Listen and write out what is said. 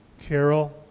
Carol